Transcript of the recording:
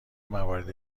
موارد